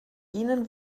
ihnen